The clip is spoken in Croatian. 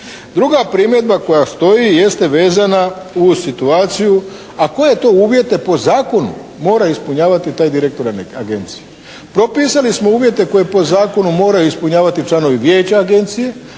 Druga primjedba koja stoji jeste vezana uz situaciju, a koje to uvjete po zakonu mora ispunjavati taj direktor agencije. Propisali smo uvjete koje po zakonu moraju ispunjavati članovi vijeća agencije,